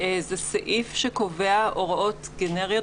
זה סעיף שקובע הוראות גנריות.